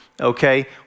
okay